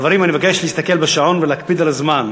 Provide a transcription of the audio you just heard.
חברים, אני מבקש להסתכל על השעון ולהקפיד על זמן.